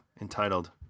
entitled